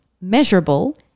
measurable